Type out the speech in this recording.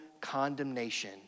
condemnation